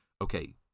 okay